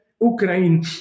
Ukraine